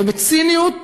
ובציניות